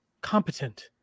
competent